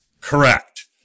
Correct